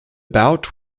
bout